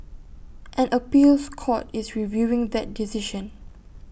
an appeals court is reviewing that decision